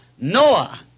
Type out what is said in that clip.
Noah